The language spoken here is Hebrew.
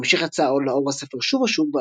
בהמשך יצא לאור הספר שוב ושוב,